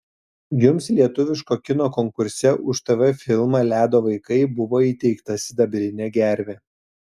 jums lietuviško kino konkurse už tv filmą ledo vaikai buvo įteikta sidabrinė gervė